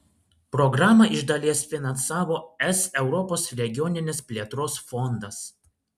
programą iš dalies finansavo es europos regioninės plėtros fondas